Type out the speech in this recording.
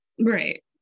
Right